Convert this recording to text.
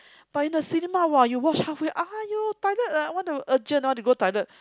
but in the cinema !wah! you watch halfway !aiyo! toilet ah want to urgent want to go toilet